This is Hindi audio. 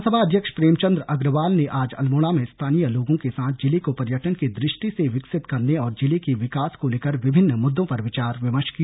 विधानसभा अध्यक्ष प्रेम चन्द अग्रवाल ने आज अल्मोड़ा में स्थानीय लोगों के साथ जिले को पर्यटन की दृष्टि से विकसित करने और जिले के विकास को लेकर विभिन्न मुददों पर विचार विमर्ण किया